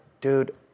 dude